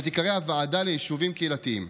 שתיקרא הוועדה ליישובים קהילתיים.